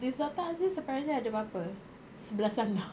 this doctor aziz apparently ada berapa sebelas anak